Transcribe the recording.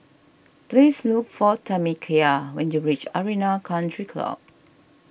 please look for Tamekia when you reach Arena Country Club